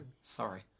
Sorry